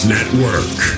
Network